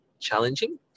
challenging